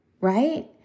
right